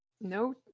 No